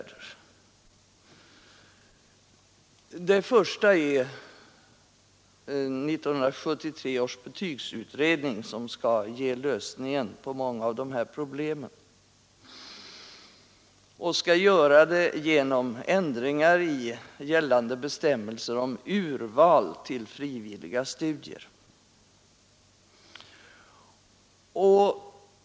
Den första är 1973 års betygsutredning som skall ge lösningen på många av de här problemen genom ändringar i gällande bestämmelser om urval till frivilliga studier.